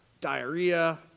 diarrhea